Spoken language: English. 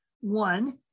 One